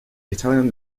italian